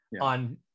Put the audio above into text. on